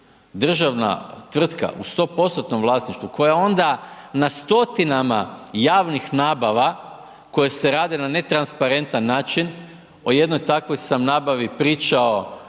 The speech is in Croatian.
Državna tvrtka u 100%-tnom vlasništvu koja onda na stotinama javnih nabava koje se rade na netransparentan način, o jednoj takvoj sam nabavi pričao